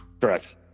Correct